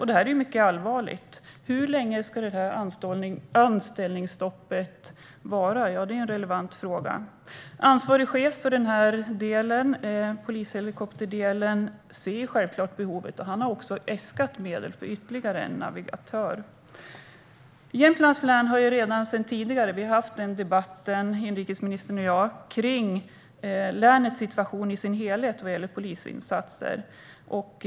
Det är mycket allvarligt. Hur länge ska anställningsstoppet vara? Det är en relevant fråga. Ansvarig chef för polishelikopterdelen ser självklart behovet. Han har också äskat medel till ytterligare en navigatör. Inrikesministern och jag har tidigare debatterat situationen i Jämtlands län vad gäller polisinsatser.